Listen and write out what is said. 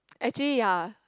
actually ya